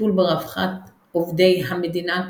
טיפול ברווחת עובדי המדינה,